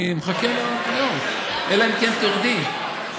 אני מחכה לו, אלא אם כן תרדי.